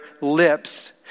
lips